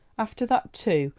after that, too,